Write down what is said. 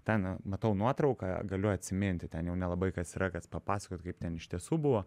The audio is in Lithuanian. ten matau nuotrauką galiu atsiminti ten jau nelabai kas yra kas papasakot kaip ten iš tiesų buvo